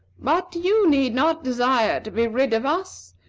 but you need not desire to be rid of us,